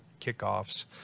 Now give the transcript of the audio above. kickoffs